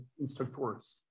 instructors